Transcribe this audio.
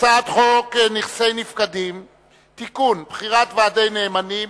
הצעת חוק נכסי נפקדים (תיקון, בחירת ועדי נאמנים),